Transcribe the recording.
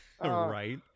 Right